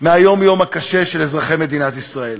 מהיום-יום הקשה של אזרחי מדינת ישראל.